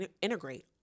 integrate